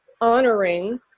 honoring